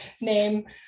name